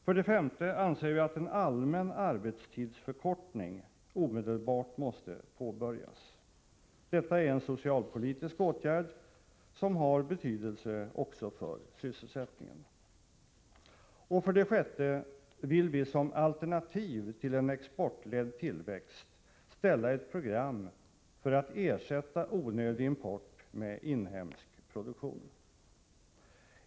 För det femte anser vi att en allmän arbetstidsförkortning omedelbart måste påbörjas. Detta är en socialpolitisk åtgärd som har betydelse också för sysselsättningen. För det sjätte vill vi som alternativ till en exportledd tillväxt ställa ett program som ersätter onödig import med inhemsk produktion.